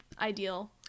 ideal